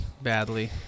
badly